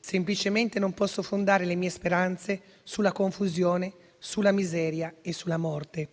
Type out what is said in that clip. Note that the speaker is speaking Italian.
«Semplicemente non posso fondare le mie speranze sulla confusione, sulla miseria e sulla morte».